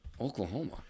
Oklahoma